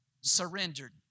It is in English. surrendered